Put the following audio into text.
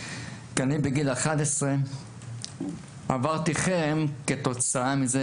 כי אני בגיל 11 עברתי חרם כתוצאה מזה